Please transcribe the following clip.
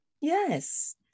Yes